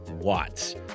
Watts